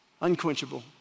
unquenchable